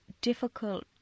difficult